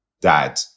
dad